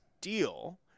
deal